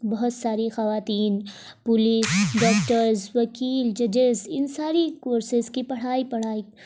بہت ساری خواتین پولیس ڈاکٹرز وکیل ججیز ان سارے کورسیز کی پڑھائی پڑھائی